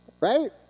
Right